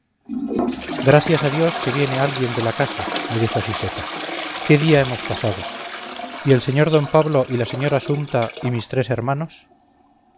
gracias a dios que viene alguien de la casa me dijo siseta qué día hemos pasado y el sr d pablo y la señora sumta y mis tres hermanos